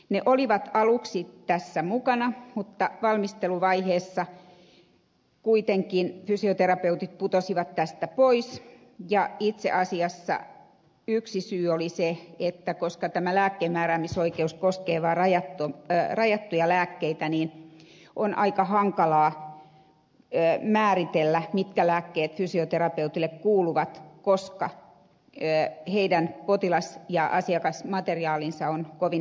he olivat aluksi tässä mukana mutta valmisteluvaiheessa kuitenkin fysioterapeutit putosivat tästä pois ja itse asiassa yksi syy oli se että koska tämä lääkkeenmääräämisoikeus koskee vain rajattuja lääkkeitä niin on aika hankalaa määritellä mitkä lääkkeet fysioterapeuteille kuuluvat koska heidän potilas ja asiakasmateriaalinsa on kovin heterogeenista